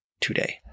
today